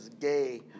gay